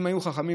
אם היו חכמים,